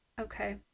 Okay